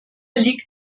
liegt